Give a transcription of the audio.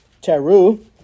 Teru